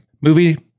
Movie